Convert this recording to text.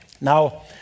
Now